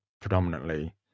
predominantly